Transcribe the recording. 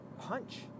punch